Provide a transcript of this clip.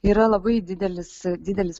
yra labai didelis didelis